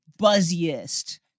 buzziest